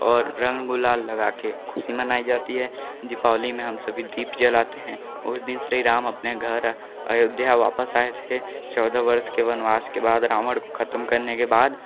और रंग गुलाल लगा के खुशी मनाई जाती है दीपावली में हम सभी दीप जलाते हैं उसे दिन श्री राम अपने घर अयोध्या वापस आए थे चौदह वर्ष के वनवास के बाद रावण को खत्म करने के बाद